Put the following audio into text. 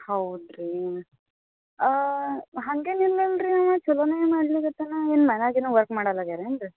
ಹೌದಾ ರೀ ಹಂಗೇನು ಇಲ್ಲಲ ರೀ ಅವ ಚಲೋನೇ ಮಾಡ್ಲಿಕತ್ತಾನೆ ಏನು ಮನೆಯಾಗೇನೂ ವರ್ಕ್ ಮಾಡಲಾಗೇರ್ ಏನು ರೀ